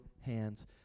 hands